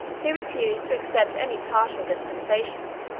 he refused to accept any partial dispensation,